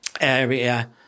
area